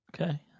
okay